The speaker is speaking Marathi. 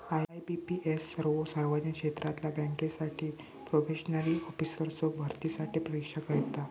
आय.बी.पी.एस सर्वो सार्वजनिक क्षेत्रातला बँकांसाठी प्रोबेशनरी ऑफिसर्सचो भरतीसाठी परीक्षा घेता